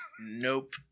Nope